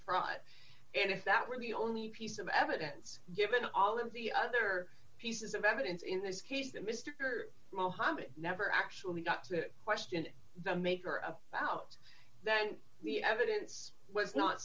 fraud and if that were the only piece of evidence given all of the other pieces of evidence in this case that mr muhammad never actually got to that question the maker of about then the evidence was not